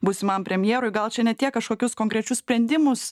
būsimam premjerui gal čia ne tiek kažkokius konkrečius sprendimus